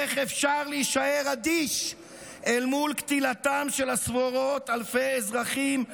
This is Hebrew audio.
איך אפשר להישאר אדיש אל מול קטילתם של עשרות אלפי אזרחים,